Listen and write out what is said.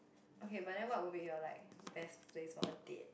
okay but then what would be your like best place for a date